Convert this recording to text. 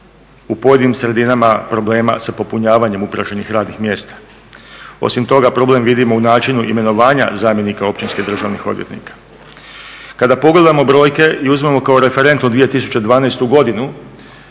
u pojedinim sredinama problema sa popunjavanjem upražnjenih radnih mjesta. Osim toga, problem vidimo u načinu imenovanja zamjenika općinskih državnih odvjetnika. Kada pogledamo brojke i uzmemo kao referentnu 2012. godinu,